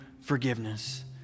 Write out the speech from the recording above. forgiveness